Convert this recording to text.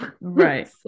Right